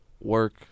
work